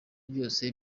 byose